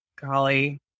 golly